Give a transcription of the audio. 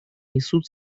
несут